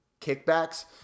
kickbacks